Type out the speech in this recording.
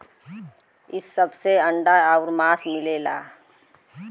इ सब से अंडा आउर मांस मिलला